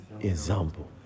example